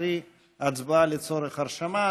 קרי הצבעה לצורך הרשמה,